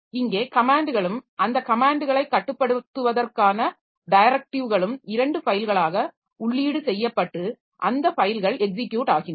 இங்கே கமேன்ட்களும் அந்த கமேன்ட்களை கட்டுப்படுத்துவதற்கான டைரக்டிவ்களும் 2 ஃபைல்களாக உள்ளீடு செய்யப்பட்டு அந்த ஃபைல்கள் எக்ஸிக்யுட் ஆகின்றன